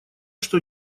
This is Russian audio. что